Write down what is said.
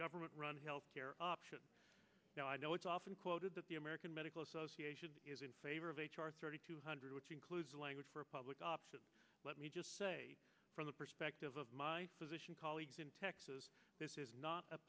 government run health care option now i know it's often quoted that the american medical association is in favor of h r thirty two hundred which includes language for a public option let me just say from the perspective of my colleagues in texas this is not a